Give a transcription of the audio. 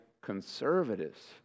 conservatives